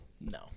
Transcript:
no